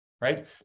Right